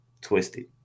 twisted